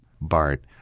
Bart